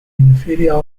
inferior